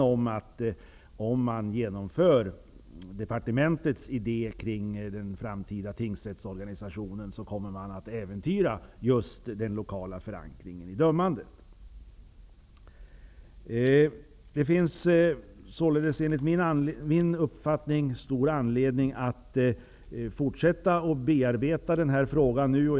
Om man genomför departementets idé beträffande den framtida tingsrättsorganisationen, kommer den lokala förankringen i dömandet att äventyras. Enligt min uppfattning finns det stor anledning att bearbeta denna fråga vidare.